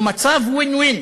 היא מצב win-win,